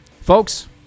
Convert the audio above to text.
Folks